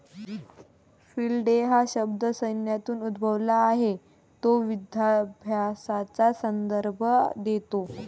field day हा शब्द सैन्यातून उद्भवला आहे तो युधाभ्यासाचा संदर्भ देतो